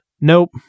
Nope